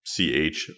CH